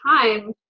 time